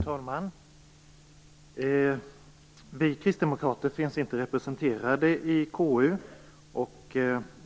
Fru talman! Vi kristdemokrater finns inte representerade i KU.